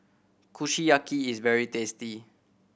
kushiyaki is very tasty